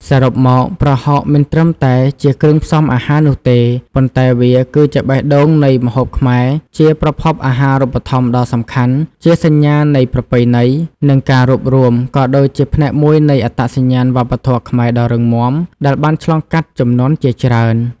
សរុបមក ប្រហុកមិនត្រឹមតែជាគ្រឿងផ្សំអាហារនោះទេ ប៉ុន្តែវាគឺជាបេះដូងនៃម្ហូបខ្មែរ ជាប្រភពអាហារូបត្ថម្ភដ៏សំខាន់ ជាសញ្ញានៃប្រពៃណី និងការរួបរួម ក៏ដូចជាផ្នែកមួយនៃអត្តសញ្ញាណវប្បធម៌ខ្មែរដ៏រឹងមាំ ដែលបានឆ្លងកាត់ជំនាន់ជាច្រើន។